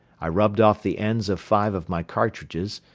i rubbed off the ends of five of my cartridges,